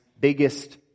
biggest